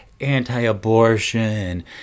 anti-abortion